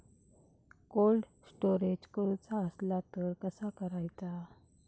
Cold storage करूचा असला तर कसा करायचा?